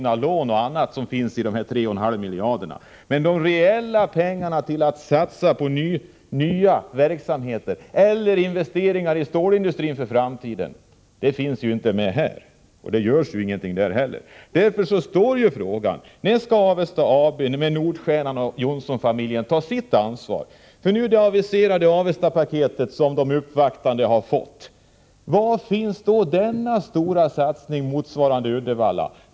I dessa 3,5 miljarder ingår ju avskrivna lån m.m. Några reella pengar att satsa på nya verksamheter eller investeringar i stålindustrin för framtiden finns inte med i denna satsning. Det görs inte heller någonting annat. Frågan är därför: När skall Avesta AB, med Nordstjernan och Johnsonfamiljen, ta sitt ansvar? De uppvaktande har nu aviserats om ett Avestapaket, och var finns där den stora satsningen, motsvarande den i Uddevalla?